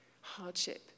hardship